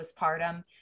postpartum